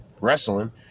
wrestling